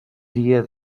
dia